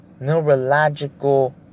neurological